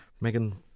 Megan